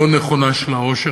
לא נכונה של העושר,